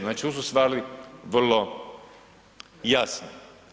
Znači tu su stvari vrlo jasne.